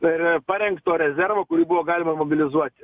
e e parengto rezervo kurį buvo galima mobilizuoti